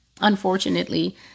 unfortunately